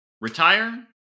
Retire